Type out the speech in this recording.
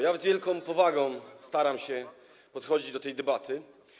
Ja z wielka powagą staram się podchodzić do tej debaty.